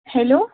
hello